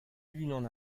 unan